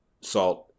salt